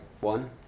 one